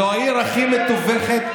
זאת העיר הכי מטווחת,